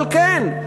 אבל כן,